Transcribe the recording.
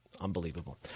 Unbelievable